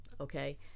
Okay